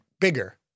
bigger